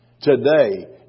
Today